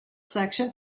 section